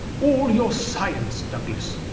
all your sci ence, douglas,